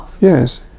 yes